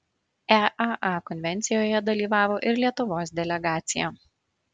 eaa konvencijoje dalyvavo ir lietuvos delegacija